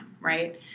right